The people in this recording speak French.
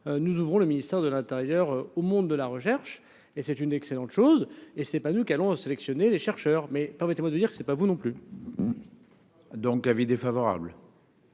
nous ouvrons le ministère de l'intérieur au monde de la recherche, et c'est une excellente chose. Ce n'est pas nous qui allons sélectionner les chercheurs ; mais permettez-moi de vous dire que ce n'est pas vous non plus ... Avis défavorable.